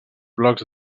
blocs